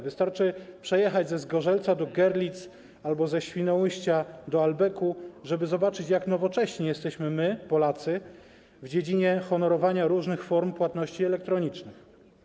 Wystarczy przejechać ze Zgorzelca do Görlitz albo ze Świnoujścia do Ahlbecku, żeby zobaczyć, jak nowocześni jesteśmy my, Polacy, w dziedzinie honorowania różnych form płatności elektronicznych.